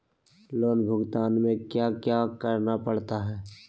loan भुगतान में क्या क्या करना पड़ता है